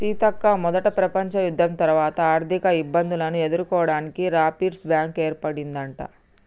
సీతక్క మొదట ప్రపంచ యుద్ధం తర్వాత ఆర్థిక ఇబ్బందులను ఎదుర్కోవడానికి రాపిర్స్ బ్యాంకు ఏర్పడిందట